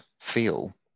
feel